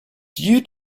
due